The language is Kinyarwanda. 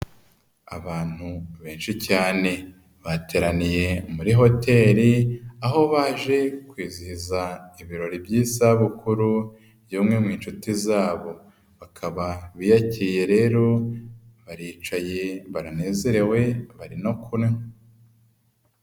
Abantu benshi cyane bateraniye muri hoteli, aho baje kwizihiza ibirori by'isabukuru, bamwe mu nshuti zabo bakaba biyaakiriye rero, baricaye baranezerewe bari no kunywa.